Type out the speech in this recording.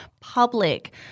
public